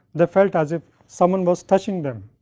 they felt as if someone was touching them.